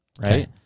right